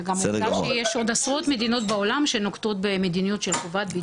וגם עובדה שיש עוד עשרות מדינות בעולם שנוקטות במדיניות של חובת בידוד.